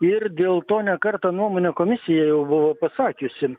ir dėl to ne kartą nuomonę komisija jau buvo pasakiusi